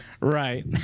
Right